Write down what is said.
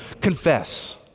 Confess